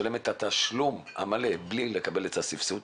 לשלם את התשלום המלא בלי לקבל את הסבסוד.